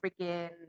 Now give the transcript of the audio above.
freaking